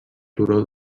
turó